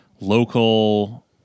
local